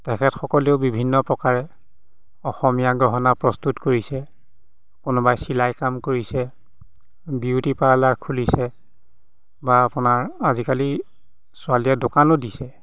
তেখেতসকলেও বিভিন্ন প্ৰকাৰে অসমীয়া গহনা প্ৰস্তুত কৰিছে কোনোবাই চিলাই কাম কৰিছে বিউটি পাৰ্লাৰ খুলিছে বা আপোনাৰ আজিকালি ছোৱালীয়ে দোকানো দিছে